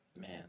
Man